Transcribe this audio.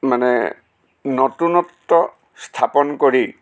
মানে নতুনত্ব স্থাপন কৰি